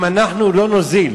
אם אנחנו לא נוזיל